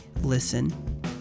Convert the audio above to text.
listen